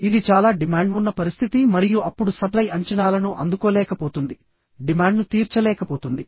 ఇది చాలా డిమాండ్ ఉన్న పరిస్థితి మరియు అప్పుడు సప్లై అంచనాలను అందుకోలేకపోతుంది డిమాండ్ను తీర్చలేకపోతుంది